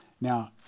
now